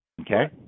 Okay